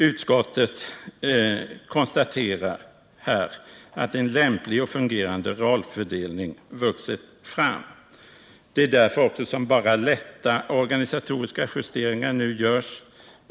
Utskottet konstaterar här att en lämplig och fungerande rollfördelning vuxit fram. Det är också därför som bara lätta organisatoriska justeringar nu görs.